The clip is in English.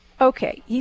Okay